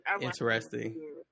interesting